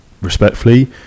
Respectfully